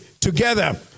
together